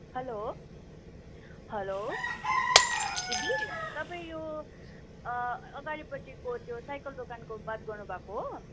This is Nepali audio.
हेल्लो हेल्लो दिदी तपाईँ यो अगाडिपट्टिको त्यो साइकल दोकानको बात गर्नुभएको हो